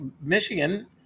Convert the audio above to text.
Michigan